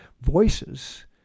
voices